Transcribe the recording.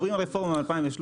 מדברים על רפורמה מ-2013.